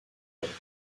galles